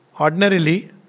ordinarily